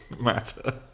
matter